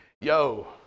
yo